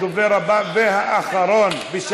הדובר הבא והאחרון להיום,